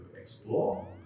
explore